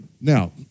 Now